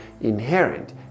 inherent